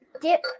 dip